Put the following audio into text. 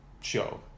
show